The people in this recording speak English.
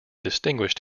distinguished